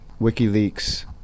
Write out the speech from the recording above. WikiLeaks